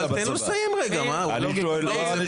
אבל תן לו לסיים רגע, זה לא מכובד.